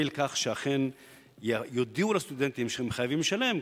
לכך שאכן יודיעו לסטודנטים שהם חייבים לשלם,